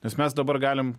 nes mes dabar galim